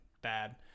bad